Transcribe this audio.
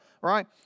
right